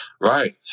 Right